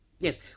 Yes